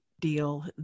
deal